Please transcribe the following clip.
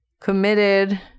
committed